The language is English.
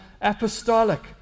apostolic